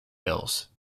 bills